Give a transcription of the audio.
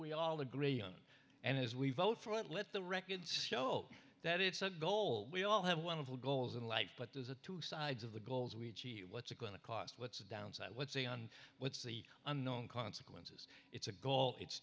we all agree on and as we vote for it let the record show that it's a goal we all have wonderful goals in life but there's a two sides of the goals we achieve what's it going to cost what's the downside what's a on what's the unknown consequences it's a goal it's